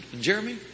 Jeremy